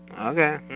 Okay